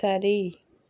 சரி